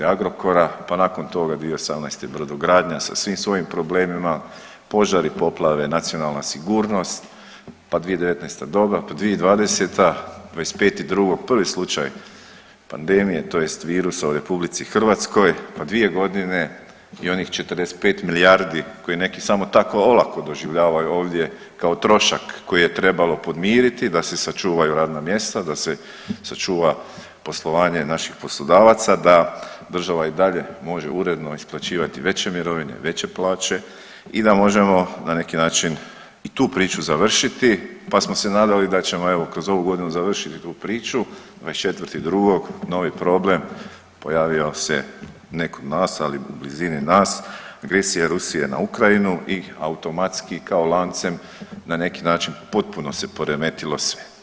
Agrokora, pa nakon toga 2018. brodogradnja sa svim svojim problemima, požari, poplave, nacionalna sigurnost, pa 2019. dobro, pa 2020., 25.2. prvi slučaj pandemije tj. virusa u RH, pa 2.g. i onih 45 milijardi koji neki samo tako olako doživljavaju ovdje kao trošak koji je trebalo podmiriti da se sačuvaju radna mjesta, da se sačuva poslovanje naših poslodavaca, da država i dalje može uredno isplaćivati veće mirovine, veće plaće i da možemo na neki način i tu priču završiti, pa smo se nadali da ćemo evo kroz ovu godinu završiti tu priču, 24.2. novi problem pojavio se ne kod nas, ali u blizini nas, agresija Rusije na Ukrajinu i automatski kao lancem na neki način potpuno se poremetilo sve.